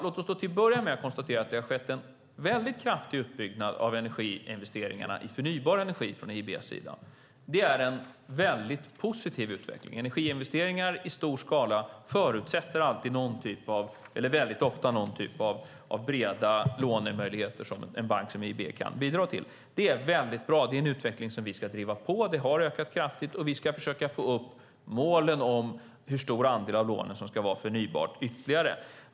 Låt oss till att börja med konstatera att det har skett en kraftig utbyggnad av energiinvesteringarna i förnybar energi från EIB:s sida. Det är en positiv utveckling. Energiinvesteringar i stor skala förutsätter ofta någon typ av breda lånemöjligheter som en bank som EIB kan bidra till. Det är bra. Det är en utveckling som vi ska driva på. Lånemöjligheterna har ökat kraftigt, och vi ska höja målen ytterligare när det gäller hur stor andel av lånen som ska vara för förnybart.